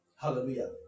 hallelujah